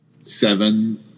seven